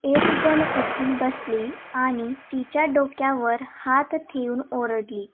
एकजण उठून बसली आणि तिच्या डोक्यावर हात ठेवून ओरडली